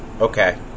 Okay